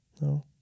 No